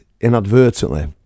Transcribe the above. inadvertently